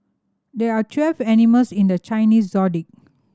there are twelve animals in the Chinese Zodiac